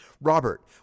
Robert